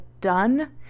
done